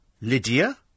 Lydia